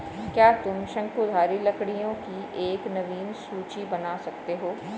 क्या तुम शंकुधारी लकड़ियों की एक नवीन सूची बना सकते हो?